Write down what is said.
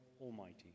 Almighty